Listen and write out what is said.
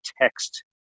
text